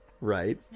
Right